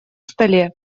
столе